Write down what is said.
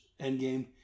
Endgame